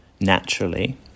naturally